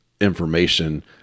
information